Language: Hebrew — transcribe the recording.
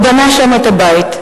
הוא בנה שם את הבית,